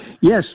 Yes